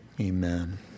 amen